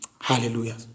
Hallelujah